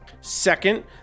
Second